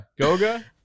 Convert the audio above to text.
Goga